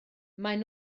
maen